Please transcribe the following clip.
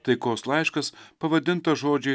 taikos laiškas pavadintas žodžiais